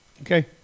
okay